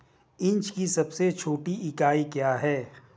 Inch की सबसे छोटी इकाई क्या है?